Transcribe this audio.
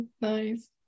Nice